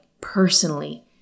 personally